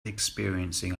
experiencing